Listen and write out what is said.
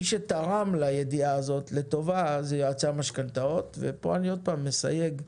מי שתרם לידיעה הזאת לטובה זה יועצי המשכנתאות ופה אני עוד פעם מסייג,